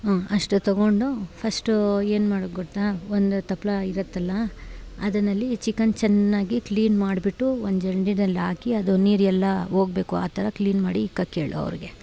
ಹ್ಞೂ ಅಷ್ಟು ತೊಗೊಂಡು ಫಸ್ಟೂ ಏನು ಮಾಡೋದು ಗೊತ್ತಾ ಒಂದು ತಪ್ಲೆ ಇರತ್ತೆಲ್ಲ ಅದರಲ್ಲಿ ಚಿಕನ್ ಚೆನ್ನಾಗಿ ಕ್ಲೀನ್ ಮಾಡಿಬಿಟ್ಟು ಒಂದು ಜರ್ಡಿಯಲ್ಲಿ ಹಾಕಿ ಅದು ನೀರೆಲ್ಲ ಹೋಗ್ಬೇಕು ಆ ಥರ ಕ್ಲೀನ್ ಮಾಡಿ ಇಕ್ಕೋಕ್ಕೇಳು ಅವ್ರಿಗೆ